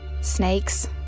Snakes